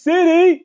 City